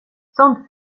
sånt